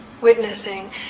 witnessing